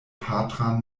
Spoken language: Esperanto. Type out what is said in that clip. patran